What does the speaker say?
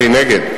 שהיא נגד.